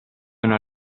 una